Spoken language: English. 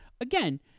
again